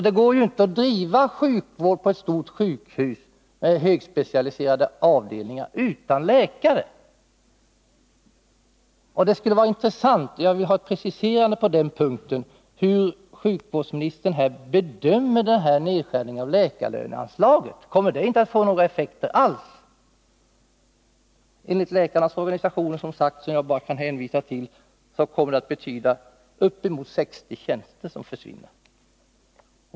Det går ju inte att driva sjukvård på ett stort sjukhus med högspecialiserade avdelningar utan läkare. Det skulle vara intressant att få en precisering på den punkten och få höra hur sjukvårdsministern bedömer den här nedskärningen av läkarlöneanslaget. Kommer det inte att få några effekter alls? Enligt läkarnas organisationer — jag kan bara hänvisa till dem — kommer det som sagt att betyda att uppemot 60 tjänster försvinner.